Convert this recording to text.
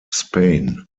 spain